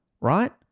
right